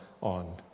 on